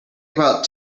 about